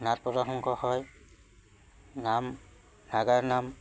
নাট প্ৰদৰ্শন কৰা হয় নাম নাগাৰা নাম